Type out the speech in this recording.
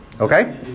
okay